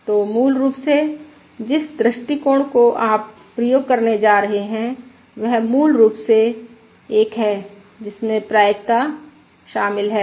तो मूल रूप से जिस दृष्टिकोण को आप प्रयोग करने जा रहे हैं वह मूल रूप से एक है जिसमें प्रायिकता शामिल है